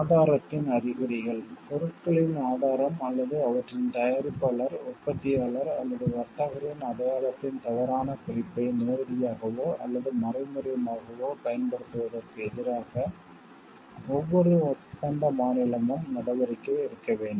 ஆதாரத்தின் அறிகுறிகள் பொருட்களின் ஆதாரம் அல்லது அவற்றின் தயாரிப்பாளர் உற்பத்தியாளர் அல்லது வர்த்தகரின் அடையாளத்தின் தவறான குறிப்பை நேரடியாகவோ அல்லது மறைமுகமாகவோ பயன்படுத்துவதற்கு எதிராக ஒவ்வொரு ஒப்பந்த மாநிலமும் நடவடிக்கை எடுக்க வேண்டும்